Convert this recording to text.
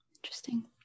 Interesting